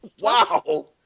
wow